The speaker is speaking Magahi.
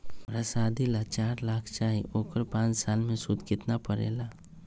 हमरा शादी ला चार लाख चाहि उकर पाँच साल मे सूद कितना परेला?